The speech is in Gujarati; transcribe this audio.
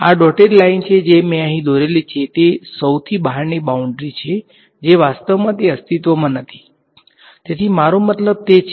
આ ડોટેડ લાઇન જે મેં અહીં દોરેલી છે તે સૌથી બહારની બાઉંડ્રી છે જે વાસ્તવમાં તે અસ્તિત્વમાં નથી તેથી મારો મતલબ તે છે